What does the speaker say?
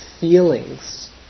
feelings